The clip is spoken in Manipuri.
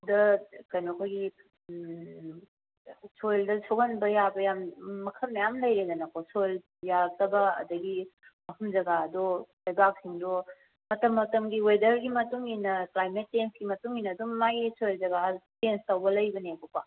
ꯗ ꯀꯩꯅꯣ ꯑꯩꯈꯣꯏꯒꯤ ꯁꯣꯏꯜꯗ ꯁꯣꯛꯍꯟꯕ ꯌꯥꯕ ꯌꯥꯝ ꯃꯈꯜ ꯃꯌꯥꯝ ꯂꯩꯔꯦꯗꯅꯀꯣ ꯁꯣꯏꯜ ꯌꯥꯔꯛꯇꯕ ꯑꯗꯒꯤ ꯃꯐꯝ ꯖꯒꯥꯗꯣ ꯂꯩꯕꯥꯛꯁꯤꯡꯗꯣ ꯃꯇꯝ ꯃꯇꯝꯒꯤ ꯋꯦꯗꯔꯒꯤ ꯃꯇꯨꯡꯏꯟꯅ ꯀ꯭ꯂꯥꯏꯃꯦꯠ ꯆꯦꯟꯁꯀꯤ ꯃꯇꯨꯡꯏꯟꯅ ꯑꯗꯨꯝ ꯃꯥꯒꯤ ꯁꯣꯏꯜ ꯖꯒꯥ ꯆꯦꯟꯁ ꯇꯧꯕ ꯂꯩꯕꯅꯦꯕꯀꯣ